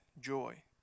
joy